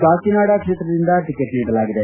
ಕಾಕಿನಾಡ ಕ್ಷೇತ್ರದಿಂದ ಟಕೆಟ್ ನೀಡಲಾಗಿದೆ